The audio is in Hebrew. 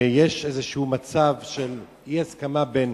ויש איזשהו מצב של אי-הסכמה בין